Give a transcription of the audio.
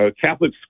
Catholic